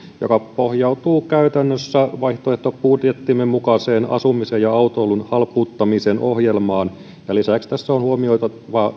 joka pohjautuu käytännössä vaihtoehtobudjettimme mukaiseen asumisen ja autoilun halpuuttamisen ohjelmaan ja lisäksi tässä on huomioitava